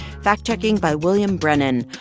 fact-checking by william brennan.